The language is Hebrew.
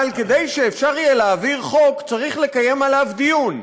אבל כדי שאפשר יהיה להעביר חוק צריך לקיים עליו דיון,